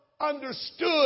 understood